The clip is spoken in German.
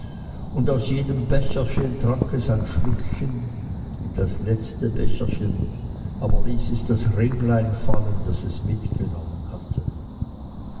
und aus jedem becherchen trank es ein schlückchen in das letzte becherchen aber ließ es das ringlein fallen das es mitgenommen hatte